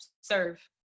serve